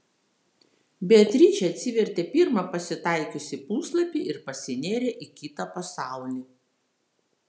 beatričė atsivertė pirmą pasitaikiusį puslapį ir pasinėrė į kitą pasaulį